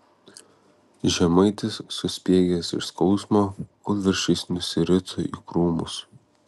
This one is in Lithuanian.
žemaitis suspiegęs iš skausmo kūlvirsčiais nusirito į krūmus